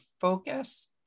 focus